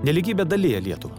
nelygybė dalija lietuvą